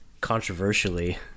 controversially